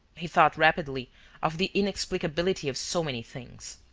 he thought rapidly of the inexplicability of so many things.